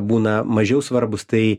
būna mažiau svarbūs tai